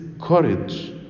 courage